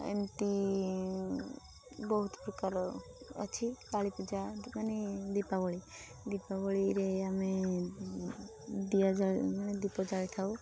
ଏମିତି ବହୁତ ପ୍ରକାର ଅଛି କାଳୀ ପୂଜା ଏମିତି ମାନେ ଦୀପାବଳି ଦୀପାବଳିରେ ଆମେ ଦୀୟା ମାନେ ଦୀପ ଜାଳିଥାଉ